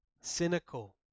cynical